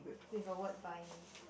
with a word buy me